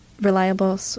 reliable